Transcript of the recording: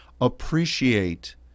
appreciate